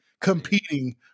Competing